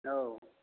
औ